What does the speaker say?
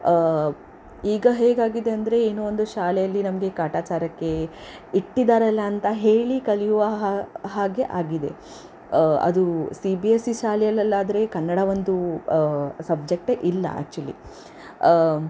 ಈಗ ಹೇಗಾಗಿದೆ ಅಂದರೆ ಏನೋ ಒಂದು ಶಾಲೆಯಲ್ಲಿ ನಮಗೆ ಕಾಟಾಚಾರಕ್ಕೆ ಇಟ್ಟಿದ್ದಾರಲ್ಲ ಅಂತ ಹೇಳಿ ಕಲಿಯುವ ಹಾಗೆ ಆಗಿದೆ ಅದು ಸಿ ಬಿ ಎಸ್ ಇ ಶಾಲೆಯಲ್ಲಾದರೆ ಕನ್ನಡ ಒಂದು ಸಬ್ಜೆಕ್ಟೇ ಇಲ್ಲ ಆ್ಯಕ್ಚುಲಿ